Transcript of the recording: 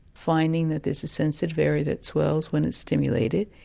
finding that there's a sensitive area that swells when it's stimulated,